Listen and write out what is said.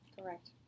Correct